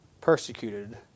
persecuted